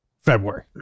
February